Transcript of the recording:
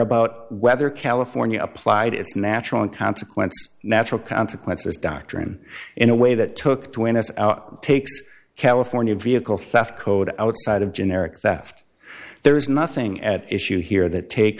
about whether california applied its natural consequences natural consequences doctrine in a way that took twenty takes california vehicle theft code outside of generic that there is nothing at issue here that take